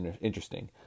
interesting